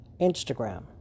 Instagram